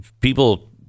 people